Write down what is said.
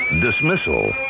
Dismissal